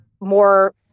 more